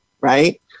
right